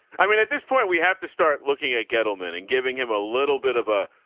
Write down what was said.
i mean, at this point we have to start looking at gettleman and giving him a little bit of a,